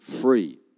free